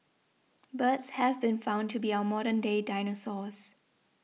birds have been found to be our modern day dinosaurs